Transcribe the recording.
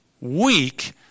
weak